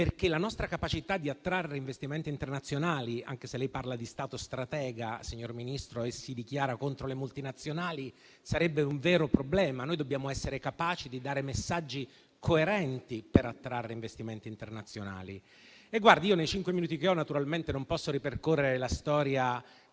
perché la nostra capacità di attrarre investimenti internazionali - anche se lei parla di Stato stratega, signor Ministro, e si dichiara contro le multinazionali - sarebbe un vero problema. Noi dobbiamo essere capaci di dare messaggi coerenti per attrarre investimenti internazionali. Nei pochi minuti che ho naturalmente non posso ripercorrere la storia,